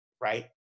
right